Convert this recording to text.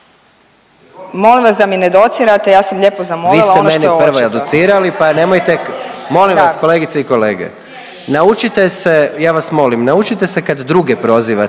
Molim vas da mi ne docirate, ja sam lijepo zamolila ono što je očito.